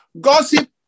Gossip